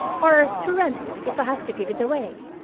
are to rent it, if i have to give it away.